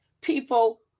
people